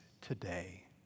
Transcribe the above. today